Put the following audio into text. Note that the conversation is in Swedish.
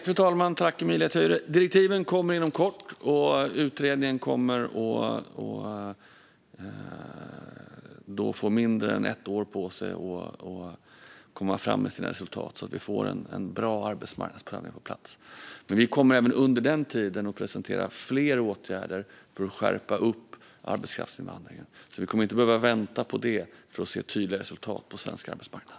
Fru talman! Direktiven kommer inom kort, och utredningen kommer att få mindre än ett år på sig att komma fram med sina resultat, så att vi får en bra arbetsmarknadsprövning på plats. Men vi kommer under den tiden även att presentera fler åtgärder för att skärpa arbetskraftsinvandringen. Vi kommer alltså inte att behöva vänta på detta för att se tydliga resultat på svensk arbetsmarknad.